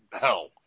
hell